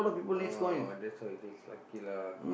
orh that's how you change lucky lah